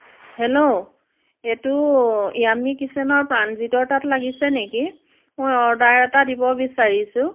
hello এইটো yummy কিচেনৰ প্ৰাণজিতৰ তাত লাগিছে নেকি মই অৰ্ডাৰ এটা দিব বিচাৰিছোঁ